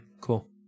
Cool